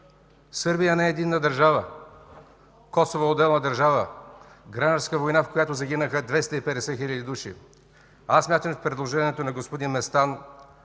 Сърбия не е единна държава, Косово е отделна държава, гражданска война, в която загинаха 250 хиляди души. Смятам, че предложението на господин Местан